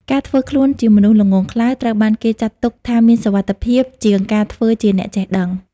ការធ្វើខ្លួនជាមនុស្សល្ងង់ខ្លៅ ត្រូវបានគេចាត់ទុកថាមានសុវត្ថិភាពជាងការធ្វើជាអ្នកចេះដឹង។